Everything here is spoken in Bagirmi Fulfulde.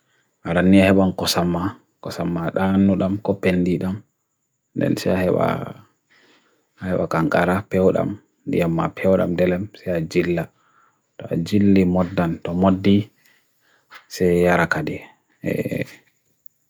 aranya hewa nkosama nkosama dhanu dham kopendi dham dan sya hewa hewa kankara peo dham diya ma peo dham delem sya jila dha jili modan to modi sya yarakade